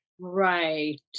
Right